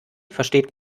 versteht